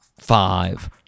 five